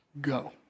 go